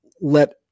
let